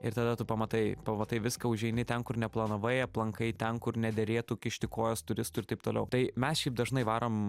ir tada tu pamatai pamatai viską užeini ten kur neplanavai aplankai ten kur nederėtų kišti kojos turistui ir taip toliau tai mes šiaip dažnai varom